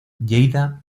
lleida